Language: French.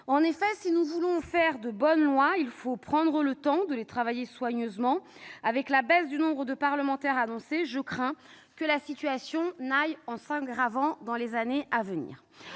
En effet, si nous voulons faire de bonnes lois, il faut prendre le temps de les travailler soigneusement. Avec la baisse du nombre de parlementaires annoncée, je crains que la situation n'aille en s'aggravant dans les années à venir.